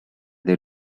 they